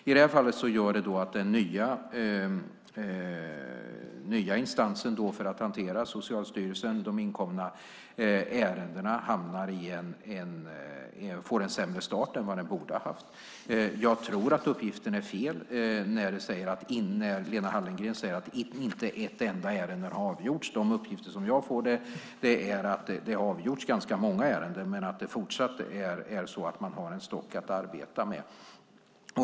Det betyder i det här fallet att den nya instansen för att hantera de inkomna ärendena, Socialstyrelsen, fått en sämre start än den borde ha fått. Jag tror att uppgiften är fel när Lena Hallengren säger att inte ett enda ärende har avgjorts. De uppgifter jag får är att ganska många ärenden avgjorts, men att man fortsatt har en stock att arbeta med.